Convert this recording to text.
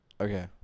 Okay